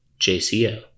JCO